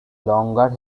longer